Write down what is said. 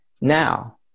now